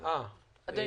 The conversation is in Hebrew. אדוני